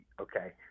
okay